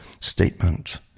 statement